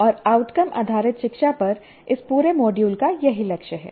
और आउटकम आधारित शिक्षा पर इस पूरे मॉड्यूल का यही लक्ष्य है